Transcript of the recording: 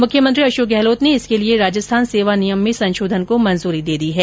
मुख्यमंत्री अशोक गहलोत ने इसके लिए राजस्थान सेवा नियम में संशोधन को मंजूरी दे दी है